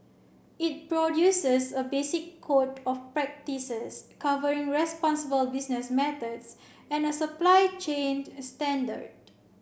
it produces a basic code of practices covering responsible business methods and a supply chain standard